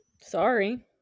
sorry